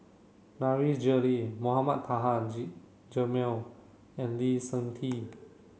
Nasir Jalil Mohamed Taha Haji Jamil and Lee Seng Tee